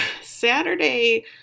Saturday